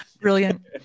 Brilliant